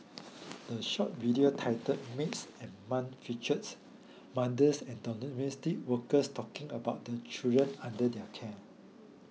the short video titled Maids and Mum features mothers and workers talking about the children under their care